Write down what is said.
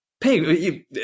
Pay